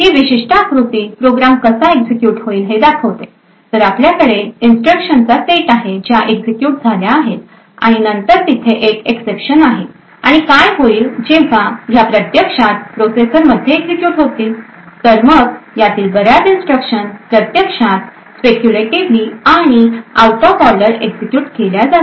ही विशिष्ट आकृती प्रोग्राम कसा एक्झिक्युट होईल हे दाखवते तर आपल्याकडे इन्स्ट्रक्शन चा सेट आहे ज्या एक्झिक्युट झाल्या आहेत आणि नंतर तिथे एक एक्सेप्शन आहे आणि काय होईल जेव्हा ह्या प्रत्यक्षात प्रोसेसर मध्ये एक्झिक्युट होतील तर मग यातील बऱ्याच इन्स्ट्रक्शन प्रत्यक्षात स्पेक्युलेटीवली आणि आऊट ऑफ ऑर्डर एक्झिक्युट केल्या जातील